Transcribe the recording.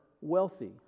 wealthy